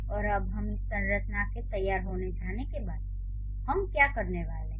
और अब इस संरचना के तैयार हो जाने के बाद हम क्या करने वाले हैं